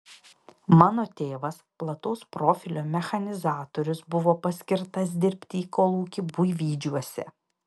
mano tėvas plataus profilio mechanizatorius buvo paskirtas dirbti į kolūkį buivydžiuose